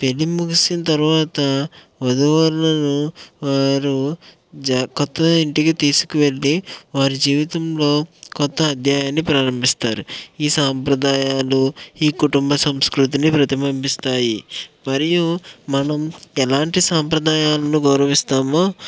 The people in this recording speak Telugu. పెళ్ళి ముగిసిన తర్వాత వధూవరులను వారు కొత్త ఇంటికి తీసుకువెళ్లి వారి జీవితంలో కొత్త అధ్యాయాన్ని ప్రారంభిస్తారు ఈ సాంప్రదాయాలు ఈ కుటుంబ సాంస్కృతిని ప్రతిభంభిస్తాయి మరియు మనం ఎలాంటి సాంప్రదాయాలను గౌరవిస్తామో